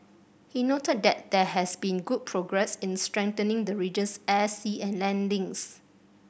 he noted that there has been good progress in strengthening the region's air sea and land links